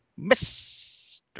Mr